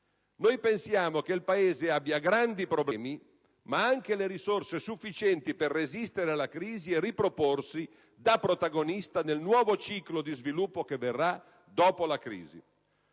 Noi pensiamo che il Paese abbia grandi problemi, ma anche le risorse sufficienti per resistere alla crisi e riproporsi da protagonista nel nuovo ciclo di sviluppo che verrà dopo la crisi: